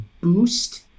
boost